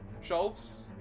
shelves